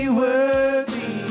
worthy